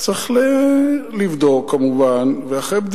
מה הקשר בין זה להיותך עכשיו שר המשטרה?